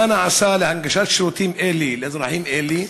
1. מה נעשה להנגשת שירותים אלה לאזרחים אלה?